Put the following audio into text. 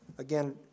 Again